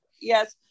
Yes